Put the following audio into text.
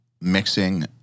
mixing